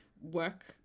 work